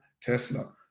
Tesla